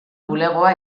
bulegoa